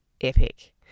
epic